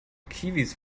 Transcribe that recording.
kiwis